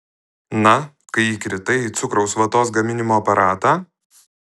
na kai įkritai į cukraus vatos gaminimo aparatą